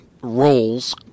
roles